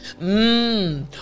mmm